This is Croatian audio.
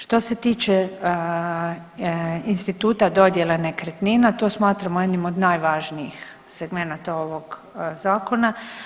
Što se tiče instituta dodjele nekretnina, to smatramo jednim od najvažnijih segmenata ovog zakona.